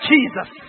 Jesus